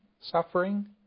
suffering